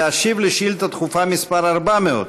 להשיב על שאילתה דחופה מס' 400,